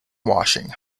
washing